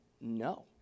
no